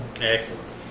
Excellent